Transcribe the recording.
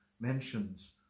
mentions